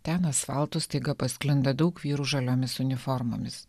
ten asfaltu staiga pasklinda daug vyrų žaliomis uniformomis